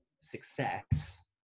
success